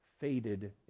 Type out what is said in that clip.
faded